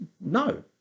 No